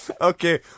Okay